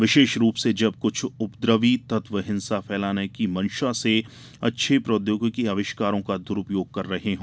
विशेष रूप से जब कुछ उपद्रवी तत्व हिंसा फैलाने की मंशा से अच्छे प्रौद्योगिकी आविष्कारों का दुरूपयोग कर रहे हैं